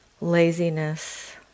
laziness